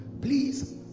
Please